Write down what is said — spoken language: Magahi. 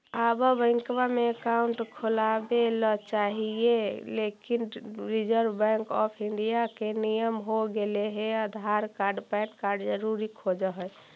आब बैंकवा मे अकाउंट खोलावे ल चाहिए लेकिन रिजर्व बैंक ऑफ़र इंडिया के नियम हो गेले हे आधार कार्ड पैन कार्ड जरूरी खोज है?